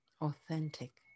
authentic